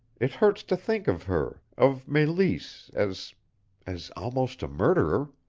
it hurts to think of her of meleese as as almost a murderer.